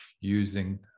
using